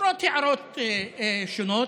למרות הערות שונות,